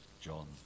John